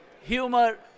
humor